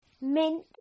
Mint